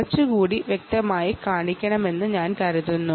കുറച്ചുകൂടി വ്യക്തമായി കാണിക്കാം